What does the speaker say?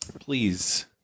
Please